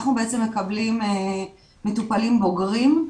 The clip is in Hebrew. אנחנו בעצם מקבלים מטופלים בוגרים.